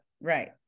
right